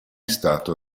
stato